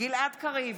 גלעד קריב,